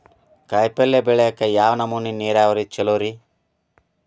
ಕಾಯಿಪಲ್ಯ ಬೆಳಿಯಾಕ ಯಾವ್ ನಮೂನಿ ನೇರಾವರಿ ಛಲೋ ರಿ?